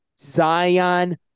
Zion